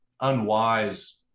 unwise